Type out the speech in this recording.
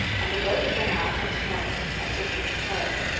and the boats went out next morning and took them in tow.